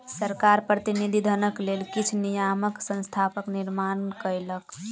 सरकार प्रतिनिधि धनक लेल किछ नियामक संस्थाक निर्माण कयलक